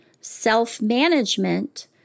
self-management